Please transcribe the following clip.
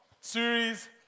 series